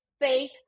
faith